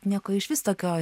nieko išvis tokio